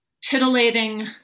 titillating